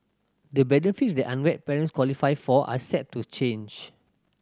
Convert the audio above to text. the benefits that unwed parents qualify for are set to change